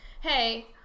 Hey